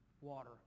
water